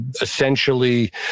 essentially